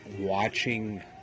watching